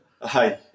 hi